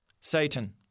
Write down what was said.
Satan